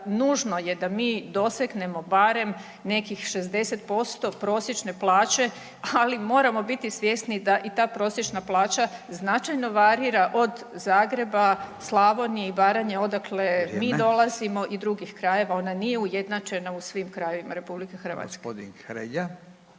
nužno je da mi dosegnemo barem nekih 60% prosječne plaće, ali moramo biti svjesni da i ta prosječna plaća značajno varira od Zagreba, Slavonije i Baranje odakle mi dolazimo …/Upadica Radin: Vrijeme./… i drugih krajeva, ona nije ujednačena u svim krajevima RH.